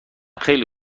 خیلی